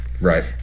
Right